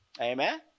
Amen